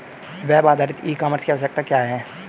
Web आधारित e commerce की आवश्यकता क्या है?